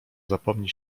zapomni